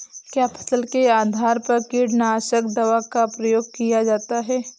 क्या फसल के आधार पर कीटनाशक दवा का प्रयोग किया जाता है?